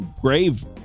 grave